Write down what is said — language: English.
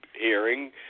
hearing